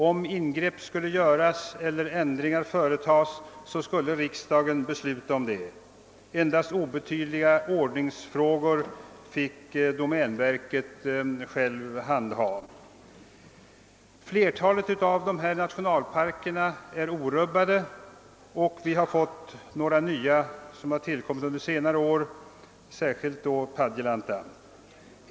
Om ingrepp skulle göras eller ändringar företas så skulle riksdagen besluta om det. Endast obetydliga ordningsfrågor fick domänverket självt handha. Flertalet av dessa nationalparker är orubbade och vi har fått några nya under senare år, särskilt då Padjelanta.